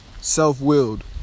self-willed